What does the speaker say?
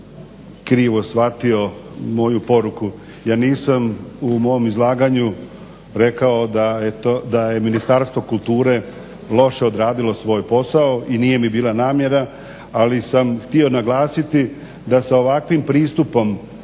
krivo shvatio moju poruku. Ja nisam u mom izlaganju rekao da je Ministarstvo kulture loše odradilo svoj posao i nije mi bila namjera. Ali sam htio naglasiti da sa ovakvim pristupom